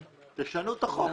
תשנו את החוק.